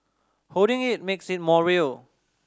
holding it makes it more real